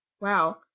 Wow